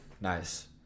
nice